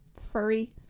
furry